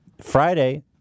Friday